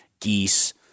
geese